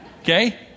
Okay